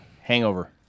*Hangover*